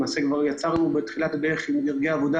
למעשה כבר בתחילת הדרך יצרנו דרגי עבודה